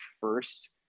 first